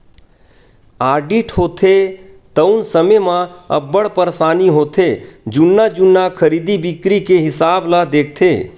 audit होथे तउन समे म अब्बड़ परसानी होथे जुन्ना जुन्ना खरीदी बिक्री के हिसाब ल देखथे